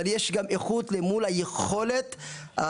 אבל יש גם איכות של היכולת התרבותית,